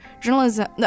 journalism